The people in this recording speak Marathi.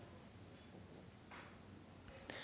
माझी बकरी रोगाने मेली